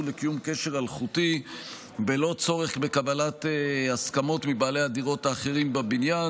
לקיום קשר אלחוטי בלא צורך בקבלת הסכמות מבעלי הדירות האחרים בבניין,